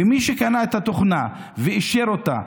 ומי שקנה את התוכנה ואישר אותה,